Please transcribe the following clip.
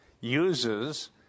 uses